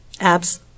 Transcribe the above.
abs